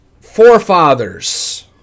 forefathers